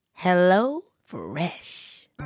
HelloFresh